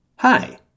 Hi